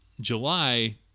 July